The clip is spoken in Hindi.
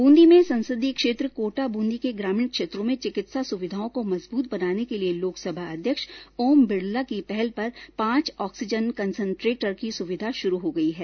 बूंदी में संसदीय क्षेत्र कोटा बूंदी के ग्रामीण क्षेत्रों में चिकित्सा सुविधाओं को मजबूत बनाने के लिए लोकसभा अध्यक्ष ओम बिडला की पहल पर पांच ऑक्सीजन कन्सन्ट्रेटर की सुविघा शुरू हो गई है